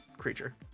Creature